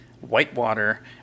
whitewater